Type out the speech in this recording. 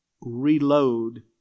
reload